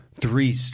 Three